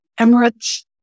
Emirates